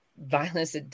violence